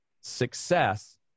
success